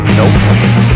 nope